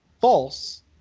false